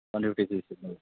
one fifty CC bike